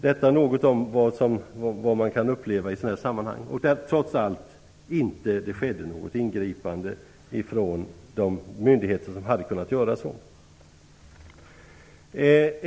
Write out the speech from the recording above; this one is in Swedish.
Detta var något om vad man kan uppleva i sådana här sammanhang och där det trots allt inte gjordes något ingripande av de myndigheter som hade kunnat göra ett sådant.